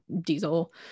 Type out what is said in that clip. diesel